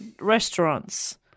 restaurants